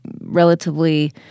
relatively